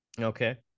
Okay